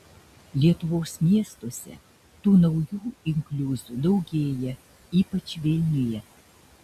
lietuvos miestuose tų naujų inkliuzų daugėja ypač vilniuje